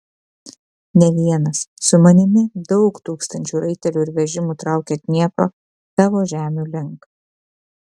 ne vienas su manimi daug tūkstančių raitelių ir vežimų traukia dniepro tavo žemių link